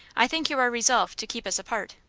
i think you are resolved to keep us apart.